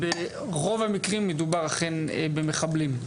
וברוב המקרים מדובר אכן במחבלים,